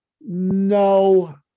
No